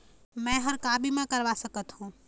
मैं हर का बीमा करवा सकत हो?